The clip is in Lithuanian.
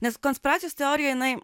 nes konspiracijos teorija jinai